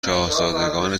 شاهزادگان